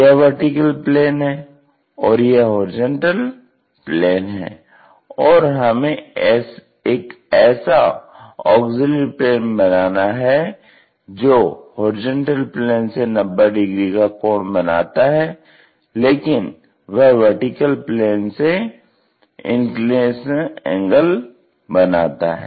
यह vertical plane है और यह हॉरिजॉन्टल प्लेन है और हमें एक ऐसा ऑग्ज़िल्यरी प्लेन बनाना है जो हॉरिजॉन्टल प्लेन से 90 डिग्री का कोण बनाता है लेकिन यह वर्टीकल प्लेन से इंक्लिनेशन एंगल बनाता है